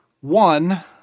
one